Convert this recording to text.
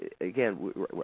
again